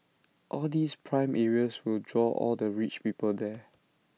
all these prime areas will draw all the rich people there